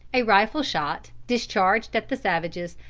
a rifle shot, discharged at the savages,